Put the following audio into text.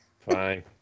Fine